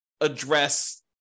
address